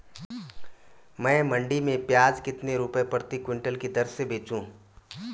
मैं मंडी में प्याज कितने रुपये प्रति क्विंटल की दर से बेचूं?